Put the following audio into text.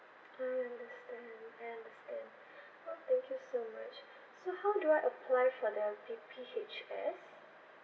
I understand I understand oh thank you so much so how do I apply for the P_P_H_S